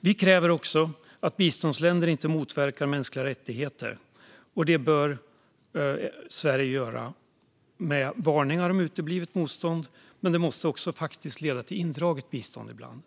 Vi kräver också att biståndsländer inte motverkar mänskliga rättigheter. Sverige bör utfärda varningar om uteblivet bistånd, och de måste faktiskt också leda till indraget bistånd ibland.